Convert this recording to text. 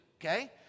okay